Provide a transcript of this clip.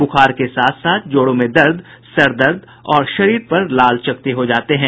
बुखार के साथ साथ जोड़ों में दर्द सरदर्द और शरीर पर लाल चकते हो जाते हैं